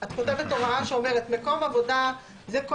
את כותבת הוראה שאומרת: מקום עבודה זה כל